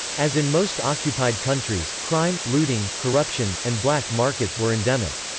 as in most occupied countries, crime, looting, corruption, and black markets were endemic.